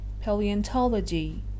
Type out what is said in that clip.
paleontology